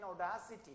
audacity